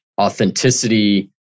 authenticity